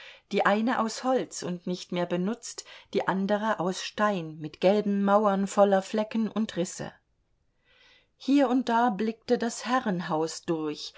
die eine aus holz und nicht mehr benutzt die andere aus stein mit gelben mauern voller flecken und risse hier und da blickte das herrenhaus durch